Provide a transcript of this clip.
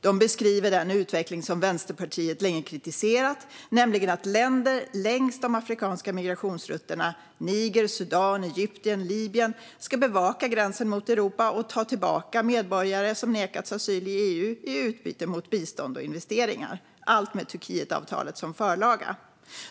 De beskriver den utveckling som Vänsterpartiet länge kritiserat, nämligen att länder längs de afrikanska migrationsrutterna - Niger, Sudan, Egypten, Libyen - ska bevaka gränsen mot Europa och ta tillbaka medborgare som nekats asyl i EU i utbyte mot bistånd och investeringar, allt med Turkietavtalet som förlaga.